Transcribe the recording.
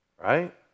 Right